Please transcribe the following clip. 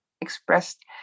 expressed